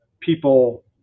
people